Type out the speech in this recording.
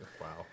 Wow